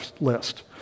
list